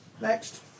Next